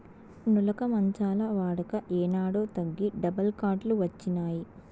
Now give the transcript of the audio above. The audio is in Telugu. నులక మంచాల వాడక ఏనాడో తగ్గి డబుల్ కాట్ లు వచ్చినాయి